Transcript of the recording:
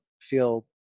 feel